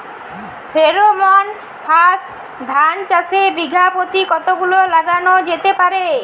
Pheromone ফাঁদ ধান চাষে বিঘা পতি কতগুলো লাগানো যেতে পারে?